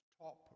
top